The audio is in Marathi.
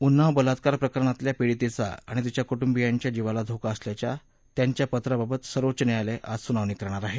उनाव बलात्कार प्रकरणातल्या पीडितेच्या आणि तिच्या कुटुंबियांच्या जिवाला धोका असल्याच्या त्यांच्या पत्राबाबत सर्वोच्च न्यायालय आज सुनावणी करणार आहे